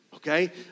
okay